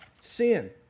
sin